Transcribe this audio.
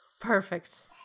Perfect